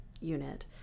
unit